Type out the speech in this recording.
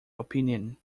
opinion